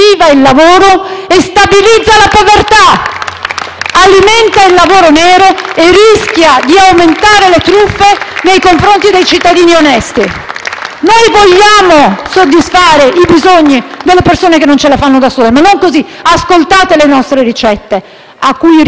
alimenta il lavoro nero e rischia di aumentare le truffe nei confronti dei cittadini onesti. Vogliamo soddisfare i bisogni delle persone che non ce la fanno da sole, ma non così. Ascoltate le nostre ricette, a cui rinvio e che sono contenute nel nostro documento,